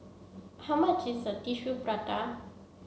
how much is tissue prata